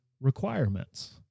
requirements